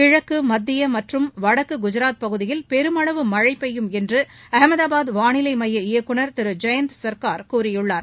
கிழக்கு மத்திய மற்றும் வடக்கு குஜாத் பகுதியில் பெருமளவு மழை பெய்யும் என்று அகமதாபாத் வானிலை மைய இயக்குநர் திரு ஜெயந்த் சர்கார் கூறியுள்ளார்